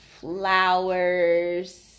flowers